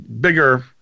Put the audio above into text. bigger